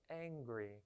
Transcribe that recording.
angry